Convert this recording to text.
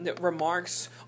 remarks